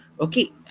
Okay